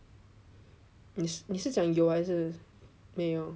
你你是讲有还是没有